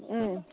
उम